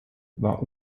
war